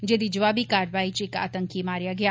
जेदी जवाबी कारवाई इच इक आतंकी मारेआ गेआ